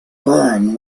burn